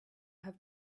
have